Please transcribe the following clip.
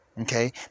Okay